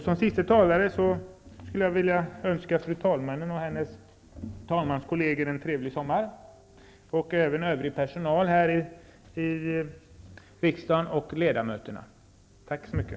Som siste talare vill jag önska fru talmannen och hennes talmanskolleger en trevlig sommar, liksom även övrig personal här i riksdagen samt ledamöterna. Tack så mycket.